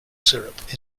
syrup